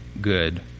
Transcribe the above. good